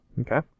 Okay